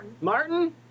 Martin